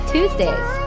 Tuesdays